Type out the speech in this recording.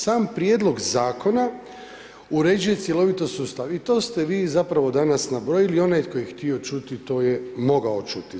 Sam prijedlog zakona uređuje cjeloviti sustav i to ste vi zapravo danas nabrojali, onaj tko je htio čuti, to je mogao čuti.